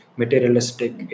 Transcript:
materialistic